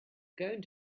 going